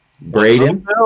Braden